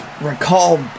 recall